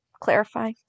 clarify